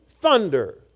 thunder